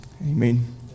Amen